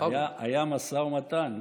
היה משא ומתן.